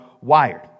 wired